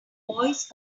voice